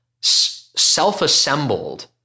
self-assembled